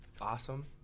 awesome